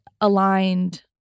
aligned